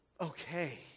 okay